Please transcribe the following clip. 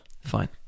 Fine